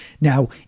Now